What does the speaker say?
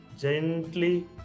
Gently